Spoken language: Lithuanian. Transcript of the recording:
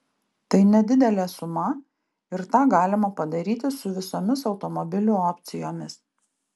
tai nedidelė suma ir tą galima padaryti su visomis automobilių opcijomis